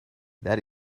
that